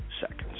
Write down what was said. seconds